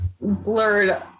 blurred